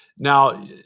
Now